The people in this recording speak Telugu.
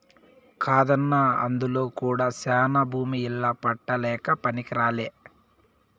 కాదన్నా అందులో కూడా శానా భూమి ఇల్ల పట్టాలకే పనికిరాలే